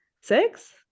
six